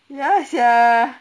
ya sia